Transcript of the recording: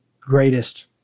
greatest